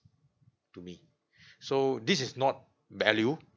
to me so this is not value